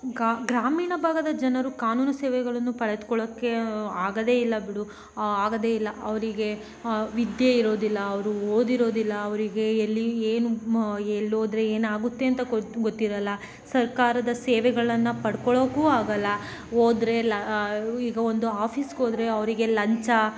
ಗಾ ಗ್ರಾಮೀಣ ಭಾಗದ ಜನರು ಕಾನೂನು ಸೇವೆಗಳನ್ನು ಪಡೆದುಕೊಳ್ಳೋಕೆ ಆಗದೇ ಇಲ್ಲ ಬಿಡು ಆಗದೇ ಇಲ್ಲ ಅವರಿಗೆ ವಿದ್ಯೆ ಇರೋದಿಲ್ಲ ಅವರು ಓದಿರೋದಿಲ್ಲ ಅವರಿಗೆ ಎಲ್ಲಿ ಏನು ಮ ಎಲ್ಹೋದ್ರೆ ಏನಾಗುತ್ತೆ ಅಂತ ಗೊತ್ತು ಗೊತ್ತಿರೋಲ್ಲ ಸರ್ಕಾರದ ಸೇವೆಗಳನ್ನು ಪಡ್ಕೊಳ್ಳೋಕೂ ಆಗೋಲ್ಲ ಹೋದ್ರೆ ಲ ಈಗ ಒಂದು ಆಫೀಸ್ಗೆ ಹೋದ್ರೆ ಅವರಿಗೆ ಲಂಚ